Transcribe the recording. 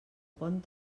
pont